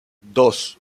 dos